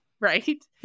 right